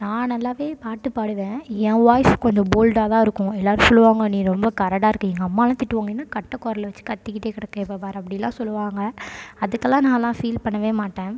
நான் நல்லா பாட்டு பாடுவேன் என் வாய்ஸ் கொஞ்சம் போல்டாக தான் இருக்கும் எல்லோரும் சொல்வாங்க நீ ரொம்ப கரடா இருக்க எங்கள் அம்மாலாம் திட்டுவாங்க என்னை கட்டை குரல வெச்சு கத்திக்கிட்டே கிடக்க எப்போப் பார் அப்படில்லாம் சொல்வாங்க அதுக்கெல்லாம் நான்லாம் ஃபீல் பண்ணவே மாட்டேன்